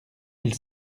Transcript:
elle